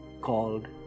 called